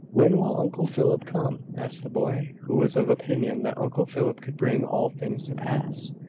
when will uncle philip come? asked the boy, who was of opinion that uncle philip could bring all things to pass.